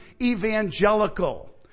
evangelical